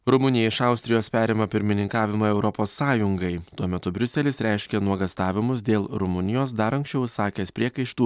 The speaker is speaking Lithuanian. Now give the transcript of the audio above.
rumunija iš austrijos perima pirmininkavimą europos sąjungai tuo metu briuselis reiškia nuogąstavimus dėl rumunijos dar anksčiau išsakęs priekaištų